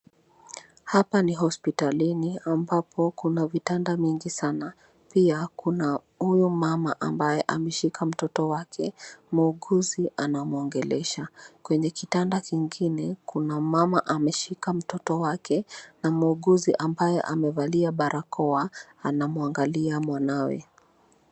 Hapa ni hospitalini am ambapo kuna vitanda mingi sana, pia huyu mama ambaye ameshika mtoto wake, muuguzi anamwongelesha, kwenye kitanda mwingine kuna mumama ameshika mtoto wake na muuguzi ambaye amevalia barakoa anamwangaliwa mwanawe.